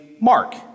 Mark